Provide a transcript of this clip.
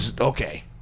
Okay